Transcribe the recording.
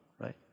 right